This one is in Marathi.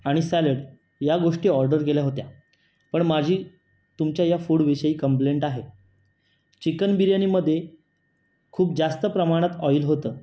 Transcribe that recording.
आणि सॅलड या गोष्टी ऑर्डर केल्या होत्या पण माझी तुमच्या या फुडविषयी कम्प्लेंट आहे चिकन बिर्याणीमध्ये खूप जास्त प्रमाणात ऑइल होतं